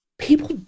People